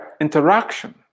interaction